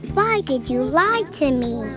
why did you lie to me?